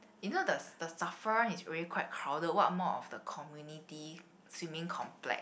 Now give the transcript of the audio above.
you know the the Safra one is already quite crowded what more of the community swimming complex